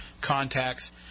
contacts